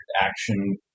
action